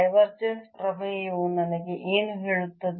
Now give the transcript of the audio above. divergence ಪ್ರಮೇಯವು ನನಗೆ ಏನು ಹೇಳುತ್ತದೆ